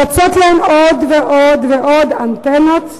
צצות להן עוד ועוד ועוד אנטנות סלולריות,